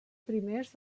primers